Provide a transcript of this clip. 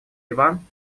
ливан